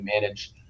manage